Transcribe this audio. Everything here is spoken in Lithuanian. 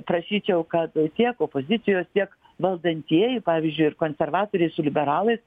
prašyčiau kad tiek opozicijos tiek valdantieji pavyzdžiui ir konservatoriai su liberalais